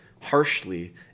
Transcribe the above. harshly